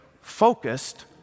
focused